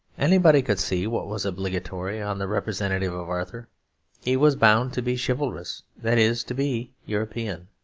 anybody could see what was obligatory on the representative of arthur he was bound to be chivalrous, that is, to be european.